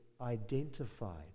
identified